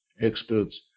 experts